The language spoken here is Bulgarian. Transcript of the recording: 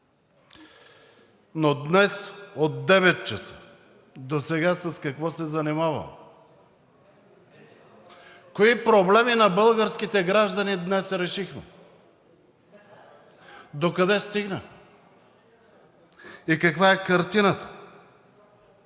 Но днес от 9,00 ч. досега с какво се занимаваме?! Кои проблеми на българските граждани днес решихме? Докъде стигна и каква е картината?